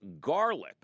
garlic